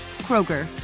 Kroger